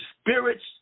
spirits